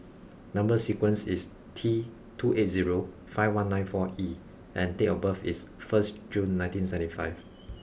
number sequence is T two eight zero five one nine four E and date of birth is first June nineteen seventy five